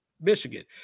Michigan